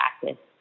practice